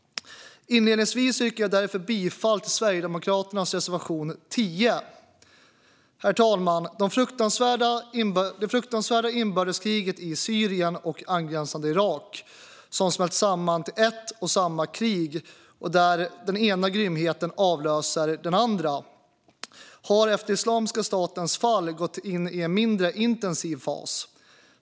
Inledningsvis yrkar jag därför bifall till Sverigedemokraternas reservation 10. Herr talman! Det fruktansvärda inbördeskriget i Syrien och angränsande Irak, som smält samman till ett och samma krig och där den ena grymheten avlöser den andra, har efter Islamiska statens fall gått in i en mindre intensiv fas.